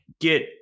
get